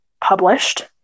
published